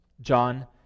John